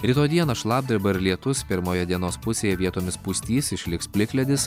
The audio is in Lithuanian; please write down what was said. ryto dieną šlapdriba ir lietus pirmoje dienos pusėje vietomis pustys išliks plikledis